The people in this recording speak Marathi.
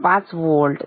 5 वोल्ट 4